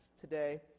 today